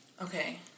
okay